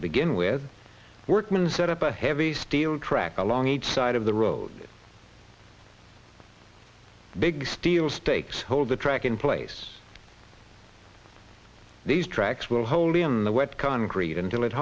to begin with workman's set up a heavy steel track along each side of the road big steel stakes hold the track in place these tracks will hold in the wet concrete until it